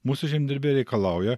mūsų žemdirbiai reikalauja